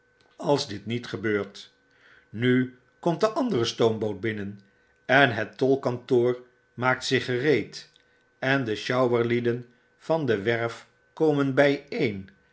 als dit niet gebeurt nu komt de andere stoomboot binnen en het tolkantoor maakt zich gereed en de sjouwerlieden van de werf komen bpen